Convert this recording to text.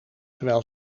terwijl